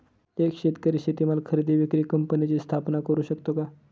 एक शेतकरी शेतीमाल खरेदी विक्री कंपनीची स्थापना करु शकतो का?